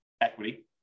equity